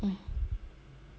mm ya